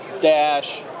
dash